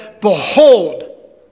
behold